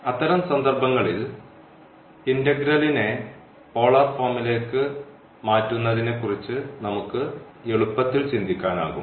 അത്തരം സന്ദർഭങ്ങളിൽ ഇന്റഗ്രലിനെ പോളാർ ഫോമിലേക്ക് മാറ്റുന്നതിനെക്കുറിച്ച് നമുക്ക് എളുപ്പത്തിൽ ചിന്തിക്കാനാകും